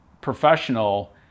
professional